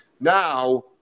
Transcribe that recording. Now